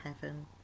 heaven